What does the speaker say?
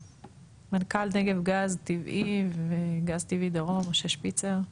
מנכ"ל נגב גז טבעי, וגז טבעי דרום, משה שפיצר.